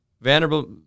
Vanderbilt